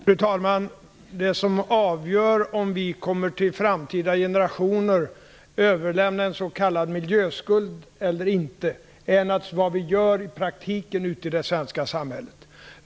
Fru talman! Det som avgör om vi till framtida generationer kommer att överlämna en s.k. miljöskuld eller inte, är naturligtvis vad vi gör i praktiken ute i det svenska samhället.